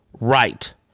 right